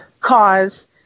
cause